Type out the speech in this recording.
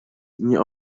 nie